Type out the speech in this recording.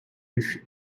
with